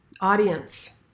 Audience